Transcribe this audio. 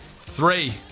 Three